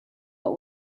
what